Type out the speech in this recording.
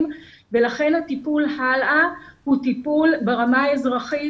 ולכן הטיפול בהמשך הוא טיפול ברמה האזרחית,